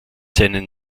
seinen